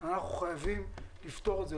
אנחנו חייבים לפתור את זה.